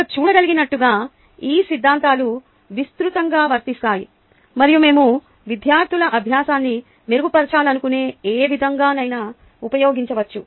మీరు చూడగలిగినట్లుగా ఈ సిద్ధాంతాలు విస్తృతంగా వర్తిస్తాయి మరియు మేము విద్యార్థుల అభ్యాసాన్ని మెరుగుపరచాలనుకునే ఏ విధంగానైనా ఉపయోగించవచ్చు